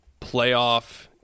playoff